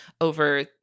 over